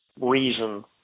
reason